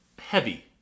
heavy